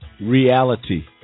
Reality